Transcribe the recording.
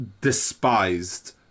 despised